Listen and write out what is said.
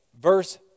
Verse